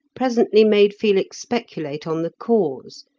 presently made felix speculate on the cause,